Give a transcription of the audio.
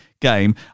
game